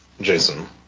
Jason